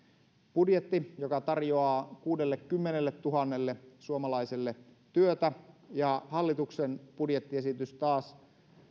budjetti joka tarjoaa kuudellekymmenelletuhannelle suomalaiselle työtä hallituksen budjettiesitys taas